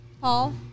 Paul